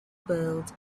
build